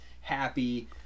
happy